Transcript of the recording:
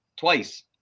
Twice